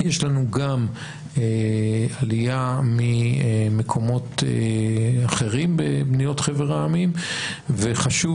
יש לנו גם עלייה ממקומות אחרים במדינות חבר העמים וחשוב